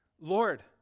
Lord